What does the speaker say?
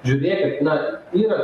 žiūrėkit na yra